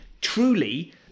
truly